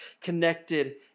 connected